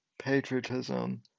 patriotism